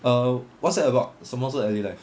err what's that about 什么是 alley life